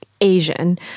Asian